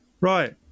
Right